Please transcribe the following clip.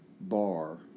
bar